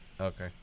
Okay